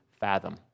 fathom